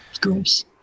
gross